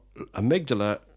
amygdala